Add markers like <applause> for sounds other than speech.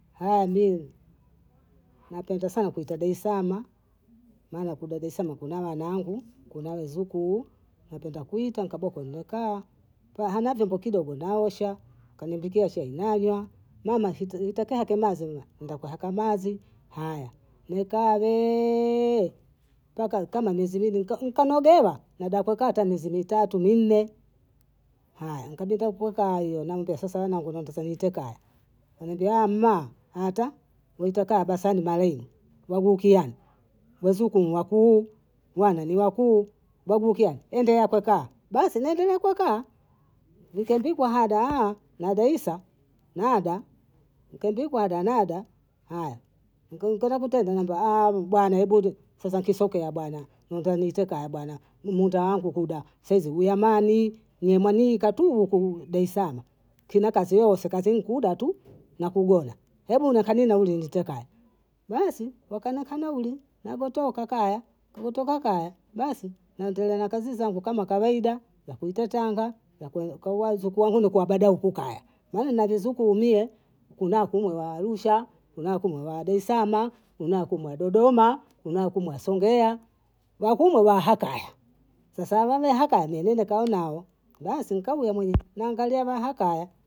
haya ndi napenda sana kuita Daslama, mana Daslama kuna bhana bhangu kuna wezukuu napenda kuita nkaboko nkukaa, hana vyombo kidogo naosha, kabimbikiwa chai nanywa mama utaukahake mazi, nda kuhaka mazi haya nekaa <hesitation> kama mezi bhili, nkanogewa nada kukaa hata mezi mitatu minne, haya nkabinda kukaayo nange sasa wanangu sasa wanangu naondoza niite kaya bhaniambia a mma hata waita kaya bhasani mara hii wagukiani wazuku ni bhakuu bhana ni bha kuu mbhakukiaa endeea kukaa, basi nendelea kukaa nikembikwa hada a nadaisa nada nkembikwada nada haya, ukeuka nautege <hesitation> bwana ebu sasa nkisoukeya bhana nenda niite kaya bhana muda wangu nkuda sasa hizi ni amani, ni amani katuhu ku Daislama nkina kazi yoyose kazi nkuda ntu na kugola, hebu nakane nauli niite kaya basi bhakanaka nauli nagotoka kaya nagotoka kaya basi naendelea na kazi zangu kama kawaida, za kuita tanga za kuweka wazunkaunu kuabadaukukaya maana navizukuu mie kuna nku wa Arusha, kuna nku wa Dalisalama kuna nku wa Dodoma, kuna nku wa Songea, wa kumwe wa hakaya sasa hawekaya nene nikae nao basi nkauna mwene naangalia wahakaya